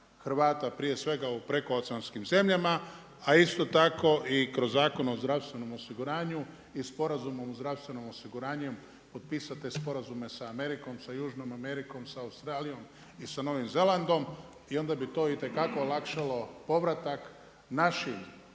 Hrvata prije svega u prekooceanskim zemljama a isto tako i kroz Zakon o zdravstvenom osiguranju i Sporazumu o zdravstvenom osiguranju potpisao te sporazume sa Amerikom, sa Južnom Amerikom, sa Australijom i sa Novim Zelandom, i onda bi to itekako olakšalo povratak našim